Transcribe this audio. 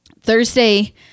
Thursday